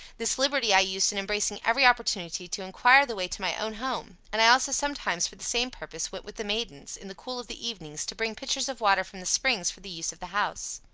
this liberty i used in embracing every opportunity to inquire the way to my own home and i also sometimes, for the same purpose, went with the maidens, in the cool of the evenings, to bring pitchers of water from the springs for the use of the house.